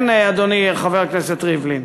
כן, אדוני, חבר הכנסת ריבלין.